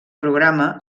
programa